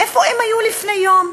איפה הם היו לפני יום?